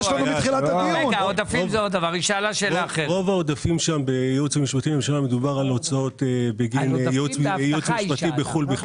רוב העודפים שם בייעוץ ומשפטים בגין ייעוץ משפטי בחו"ל.